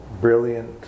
brilliant